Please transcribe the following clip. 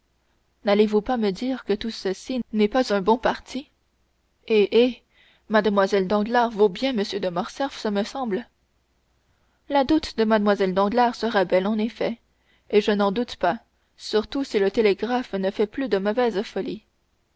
n'allez-vous pas me dire que celui-ci n'est pas un bon parti eh eh mlle danglars vaut bien m de morcerf ce me semble la dot de mlle danglars sera belle en effet et je n'en doute pas surtout si le télégraphe ne fait plus de nouvelles folies